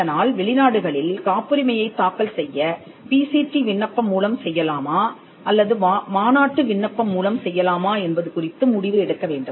அதனால் வெளிநாடுகளில் காப்புரிமையைத் தாக்கல் செய்ய பி சி டி விண்ணப்பம் மூலம் செய்யலாமா அல்லது மாநாட்டு விண்ணப்பம் மூலம் செய்யலாமா என்பது குறித்து முடிவு எடுக்க வேண்டும்